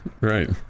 right